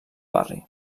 barri